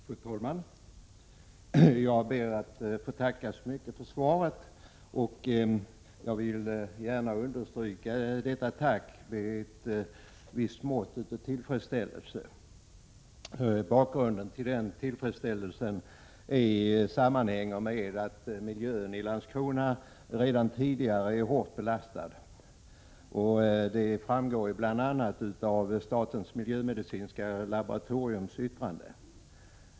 Fru talman! Jag ber att få tacka så mycket för svaret. Jag vill gärna understryka detta tack med att uttrycka ett visst mått av tillfredsställelse. Bakgrunden till denna tillfredsställelse sammanhänger med att miljön i Landskrona redan tidigare är hårt belastad. Det framgår bl.a. av statens miljömedicinska laboratoriums yttrande.